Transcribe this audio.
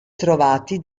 trovati